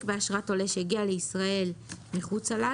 באשרת עולה שהגיע לישראל מחוצה לה,